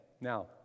Now